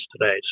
today